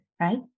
right